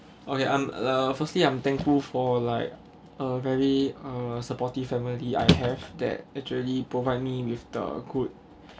okay I'm uh firstly I'm thankful for like a very uh supportive family I have that actually provide me with the good